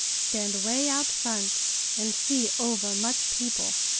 stand way out front and see over much people.